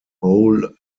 hole